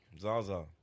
Zaza